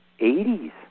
80s